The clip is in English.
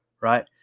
right